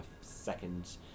second